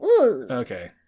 Okay